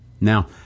Now